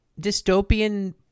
dystopian